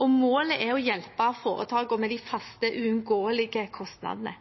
og målet er å hjelpe foretakene med de faste, uunngåelige kostnadene.